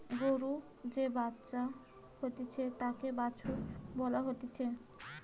গরুর যে বাচ্চা হতিছে তাকে বাছুর বলা হতিছে